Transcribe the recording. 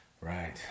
Right